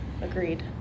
Agreed